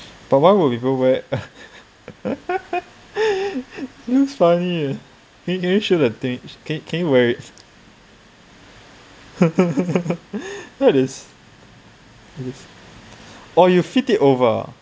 but why would people wear looks funny eh can can you show the thing can can you wear it look at this or you flip it over